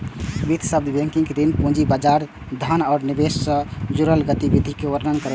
वित्त शब्द बैंकिंग, ऋण, पूंजी बाजार, धन आ निवेश सं जुड़ल गतिविधिक वर्णन करै छै